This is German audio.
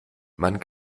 man